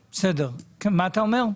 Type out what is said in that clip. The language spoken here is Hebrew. מה אתה אומר?